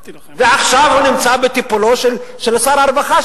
ועכשיו הוא נמצא בטיפולו של מי שהיה שר הרווחה,